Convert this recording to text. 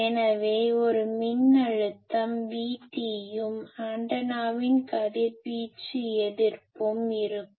எனவே ஒரு மின்னழுத்தம் VTயும் ஆண்டனாவின் கதிர்வீச்சு எதிர்ப்பும் இருக்கும்